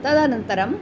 तदनन्तरम्